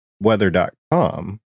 weather.com